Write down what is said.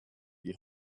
die